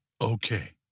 Okay